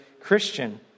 Christian